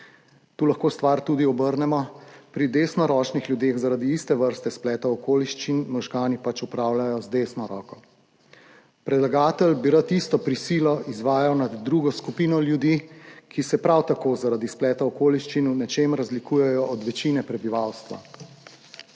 Tu lahko stvar tudi obrnemo, pri desnoročnih ljudeh zaradi iste vrste spleta okoliščin možgani pač opravljajo z desno roko. Predlagatelj bi rad tisto prisilo izvajal nad drugo skupino ljudi, ki se prav tako zaradi spleta okoliščin v nečem razlikuje od večine prebivalstva.